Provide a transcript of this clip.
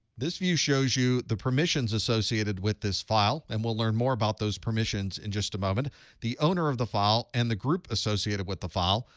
this view shows you the permissions associated with this file, and we'll learn more about those permissions in just a moment the owner of the file and the group associated with the file.